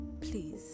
please